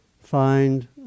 find